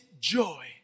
joy